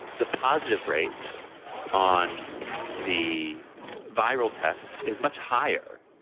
the positive rate on the viral tests is much higher.